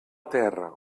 terra